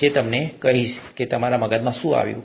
હું તેમને કહીશ તમારા મગજમાં શું આવે છે